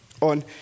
on